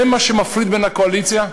זה מה שמפריד בין השותפות בקואליציה?